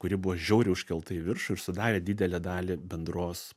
kuri buvo žiauriai užkelta į viršų ir sudarė didelę dalį bendros